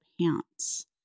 pants